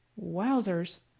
wowsers,